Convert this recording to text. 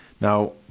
Now